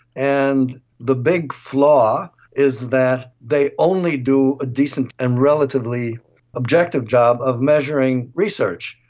and the big flaw is that they only do a decent and relatively objective job of measuring research.